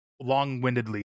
long-windedly